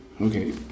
Okay